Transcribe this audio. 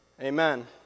Amen